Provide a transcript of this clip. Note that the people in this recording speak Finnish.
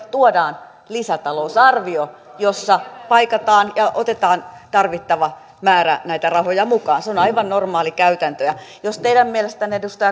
tuodaan lisätalousarvio jossa paikataan ja otetaan tarvittava määrä näitä rahoja mukaan se on aivan normaalikäytäntöä jos teidän mielestänne edustaja